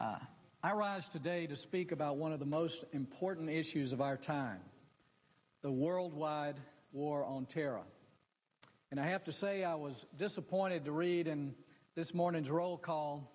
rise today to speak about one of the most important issues of our time the worldwide war on terror and i have to say i was disappointed to read in this morning's roll call